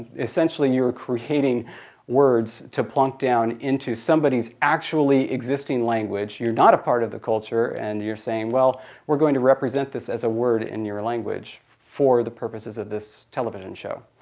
essentially you're creating words to plunk down into somebody's actually existing language. you're not a part of the culture, and you're saying, well we're going to represent this as a word in your language for the purposes of this television show.